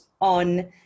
on